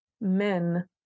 men